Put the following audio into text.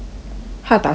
她打打谁